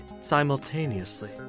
simultaneously